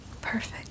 perfect